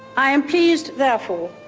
i am pleased, therefore,